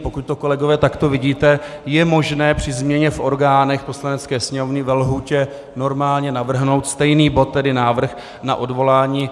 Pokud to, kolegové, takto vidíte, je možné při změně v orgánech Poslanecké sněmovny ve lhůtě normálně navrhnout stejný bod, tedy návrh na odvolání.